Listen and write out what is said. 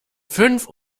fünf